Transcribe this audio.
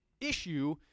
issue